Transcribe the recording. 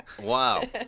Wow